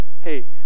hey